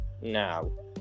No